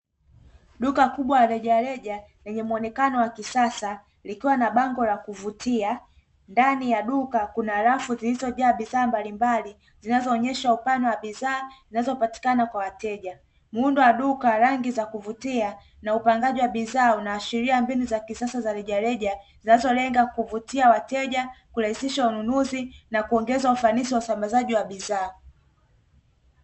Duka kubwa la rejareja lenye muonekano wa kisasa likiwa na bango la kuvutia ndani ya duka kuna rafu zilizojaa bidhaa mbalimbali zinazoonyesha upana wa bidhaa zinazopatikana kwa wateja, muundo wa duka rangi za kuvutia na upangaji wa bidhaa unaashiria mbinu za kisasa za rejareja zinazolenga kuvutia wateja kurahisisha ununuzi na kuongeza ufanisi wa usambazaji wa bidhaa.